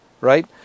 right